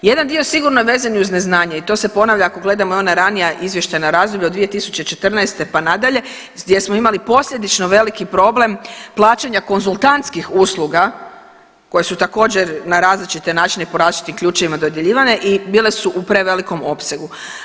Jedan dio sigurno je vezan i uz neznanje i to se ponavlja ako gledamo i ona ranija izvještajna razdoblja od 2014. pa nadalje gdje smo imali posljedično veliki problem plaćanja konzultantskih usluga koje su također na različite načine po različitim ključevima dodjeljivane i bile su u prevelikom opsegu.